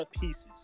pieces